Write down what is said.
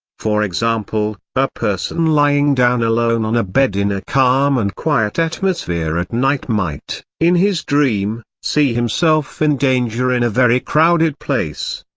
for example, a person lying down alone on a bed in a calm and quiet atmosphere at night might, in his dream, see himself in danger in a very crowded place.